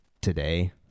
today